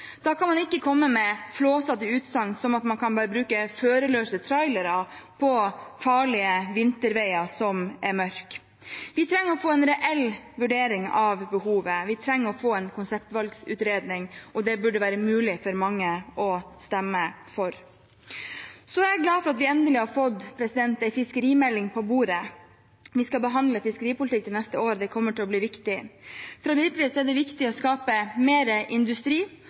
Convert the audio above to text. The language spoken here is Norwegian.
Da kan man ikke komme med flåsete utsagn som at man bare kan bruke førerløse trailere, på farlige vinterveier som er mørke. Vi trenger å få en reell vurdering av behovet, vi trenger å få en konseptvalgutredning, og det burde det være mulig for mange å stemme for. Jeg er glad for at vi endelig har fått en fiskerimelding på bordet. Vi skal behandle fiskeripolitikken neste år. Det kommer til å bli viktig. For Arbeiderpartiet er det viktig å skape mer industri